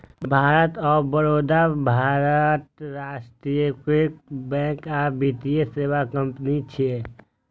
bank of Baroda भारतक राष्ट्रीयकृत bank आ वित्तीय सेवा कंपनी छियै